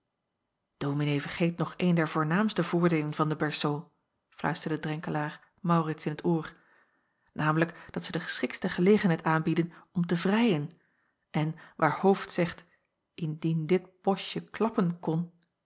ominee vergeet nog een der voornaamste voordeelen van de berceaux fluisterde renkelaer aurits in t oor namelijk dat zij de geschiktste gelegenheid aanbieden om te vrijen en waar ooft zegt ndien dit boschje klappen kon